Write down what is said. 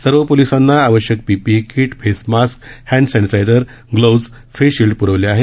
सर्व पोलिसांना आवश्यक PPE kit face mask hand sanitiser gloves face shield प्रवल्या आहेत